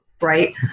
Right